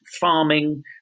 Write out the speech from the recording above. farming